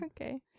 Okay